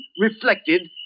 reflected